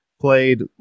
played